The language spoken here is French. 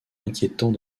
inquiétant